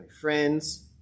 friends